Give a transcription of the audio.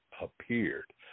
appeared